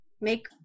Make